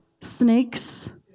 snakes